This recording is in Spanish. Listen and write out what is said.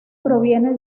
proviene